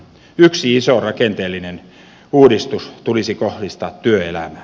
yksi iso rakenteellinen uudistus tulisi kohdistaa työelämään